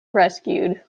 rescued